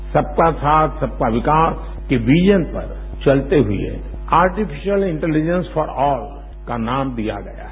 रस्सबका साथ सबका विकासस के विजन पर चलते हुए आर्टिफिशियल इंटेलजेन्स फॉर ऑल का नाम दिया गया है